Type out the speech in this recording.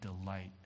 delight